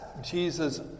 Jesus